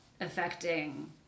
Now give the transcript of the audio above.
affecting